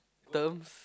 terms